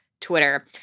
twitter